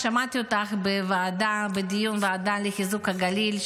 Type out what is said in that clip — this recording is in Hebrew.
שמעתי אותך בדיון הוועדה לחיזוק הגליל,